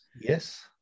yes